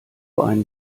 einen